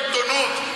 למה רק על העיתונות?